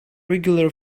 regular